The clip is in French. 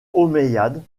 omeyyades